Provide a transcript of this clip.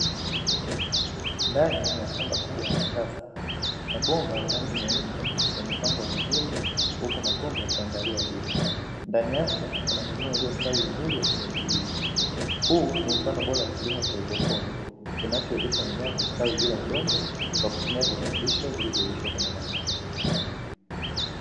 Ndani ya shamba kubwa la kisasa mabomba ya rangi meupe, yamepangwa vizuri huko matundu yakiangalia juu ndani yake kuna mimea iliyostawi vizuri ya kijani kibichi, huu ni mfano bora wa kilimo cha haidroponi kinachowezesha mimea kustawi bila udongo kwa kutumia virutubisho vilivyoyeyushwa kwenye maji.